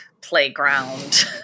playground